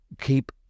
keep